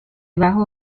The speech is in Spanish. bajo